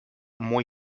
muy